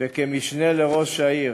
וכמשנה לראש העיר.